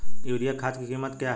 Urea खाद की कीमत क्या है?